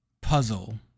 puzzle